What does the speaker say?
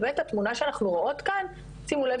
ובתמונה שאנחנו רואות כאן שימו לב